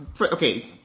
okay